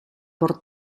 por